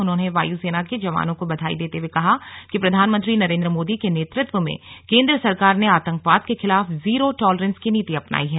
उन्होंने वायू सेना के जवानों को बधाई देते हुए कहा प्रधानमंत्री नरेंद्र मोदी के नेतृत्व में केंद्र सरकार ने आतंकवाद के खिलाफ जीरो टालरेंस की नीति अपनाई है